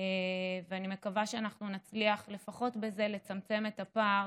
ואני מקווה שאנחנו נצליח לפחות בזה לצמצם את הפער